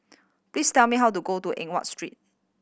please tell me how to go to Eng Watt Street